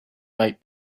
might